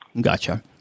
Gotcha